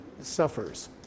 suffers